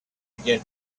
began